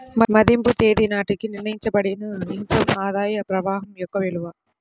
మదింపు తేదీ నాటికి నిర్ణయించబడిన ఇన్ కమ్ ఆదాయ ప్రవాహం యొక్క విలువ